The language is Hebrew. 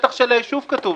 בשטח של היישוב כתוב.